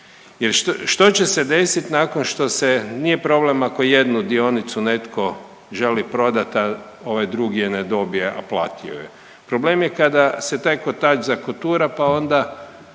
Jer što će se desiti nakon što se nije problem ako jednu dionicu netko želi prodati, a ovaj drugi je ne dobije, a platio je. Problem je kada se taj kotač zakotura, pa onda